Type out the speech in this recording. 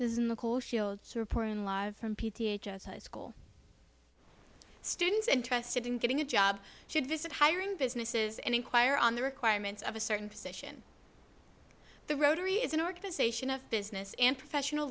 from school students interested in getting a job should visit hiring businesses and inquire on the requirements of a certain position the rotary is an organization of business and professional